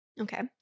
Okay